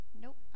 Nope